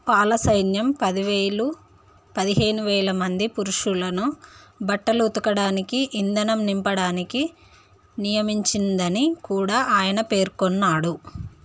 పాలా సైన్యం పదివేలు పదిహేను వేల మంది పురుషులను బట్టలు ఉతకడానికి ఇంధనం నింపడానికి నియమించిందని కూడా ఆయన పేర్కొన్నాడు